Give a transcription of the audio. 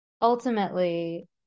ultimately